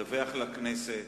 מדווח לכנסת,